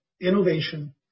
innovation